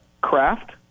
craft